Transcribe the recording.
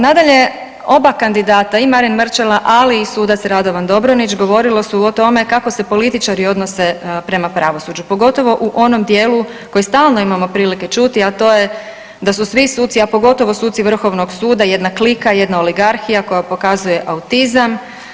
Nadalje, oba kandidata i Marin Mrčela, ali i sudac Radovan Dobronić govorili su o tome kako se političari odnose prema pravosuđu, pogotovo u onom dijelu koji stalno imamo prilike čuti, a to je da su svi suci, a pogotovo suci Vrhovnog suda jedna klika, jedna oligarhija koja pokazuje autizam.